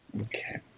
Okay